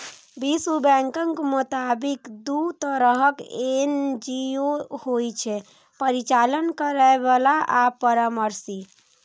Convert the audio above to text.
विश्व बैंकक मोताबिक, दू तरहक एन.जी.ओ होइ छै, परिचालन करैबला आ परामर्शी